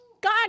God